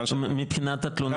מבחינת התלונה למשטרה וכו'?